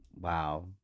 wow